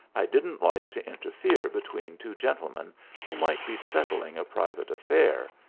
i didn't like to interfere between two gentlemen who might be settling a private affair,